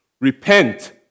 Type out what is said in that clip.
Repent